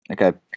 Okay